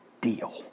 deal